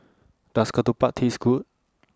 Does Ketupat Taste Good